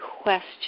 question